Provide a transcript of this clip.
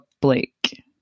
Blake